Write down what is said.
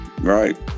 Right